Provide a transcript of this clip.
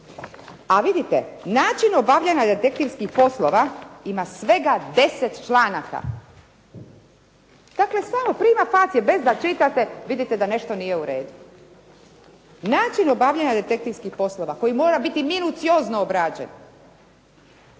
A vidite, način obavljanja detektivskih poslova ima svega 10 članaka. Dakle samo … /Govornik se ne razumije./ … bez da čitate, vidite da nešto nije u redu. Način obavljanja detektivskih poslova koji mora biti minuciozno obrađen,